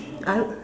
I would